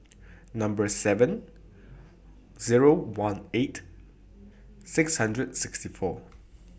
Number seven Zero one eight six hundred sixty four